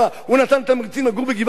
הוא נתן תמריצים לגור בגבעת-האולפנה,